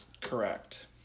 Correct